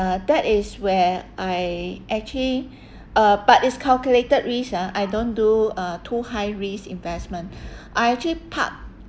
uh that is where I actually uh but it's calculated risk ah I don't do uh too high risk investment I actually park